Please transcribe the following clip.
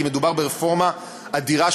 כי מדובר ברפורמה אדירה,